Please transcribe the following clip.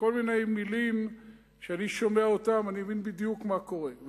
כל מיני מלים שכשאני שומע אותן אני מבין בדיוק מה קורה,